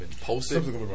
posted